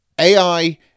AI